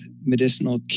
medicinal